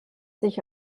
sich